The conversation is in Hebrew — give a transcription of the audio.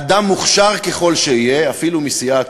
אדם מוכשר ככל שיהיה, אפילו מסיעת